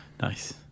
Nice